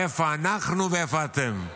איפה אנחנו ואיפה אתם.